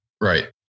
right